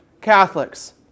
Catholics